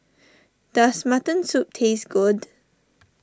does Mutton Soup taste good